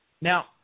Now